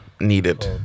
Needed